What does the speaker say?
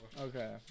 Okay